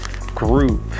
group